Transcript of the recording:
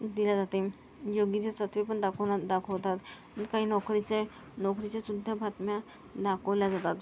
दिली जाते योग्य ते सत्वे पण दाखव दाखवतात काही नोकरीचे नोकरीच्यासुद्धा बातम्या दाखवल्या जातात